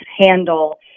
handle